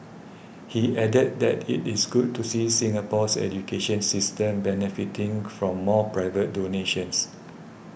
he added that it is good to see Singapore's education system benefiting from more private donations